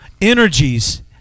energies